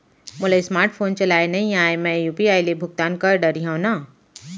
मोला smart phone चलाए नई आए मैं यू.पी.आई ले भुगतान कर डरिहंव न?